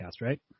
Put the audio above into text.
right